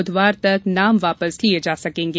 बुधवार तक नाम वापस लिये जा सकेंगे